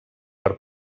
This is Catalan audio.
per